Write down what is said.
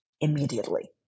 immediately